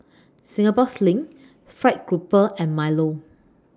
Singapore Sling Fried Grouper and Milo